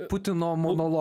putino monolo